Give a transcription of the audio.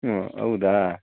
ಹ್ಞೂ ಹೌದಾ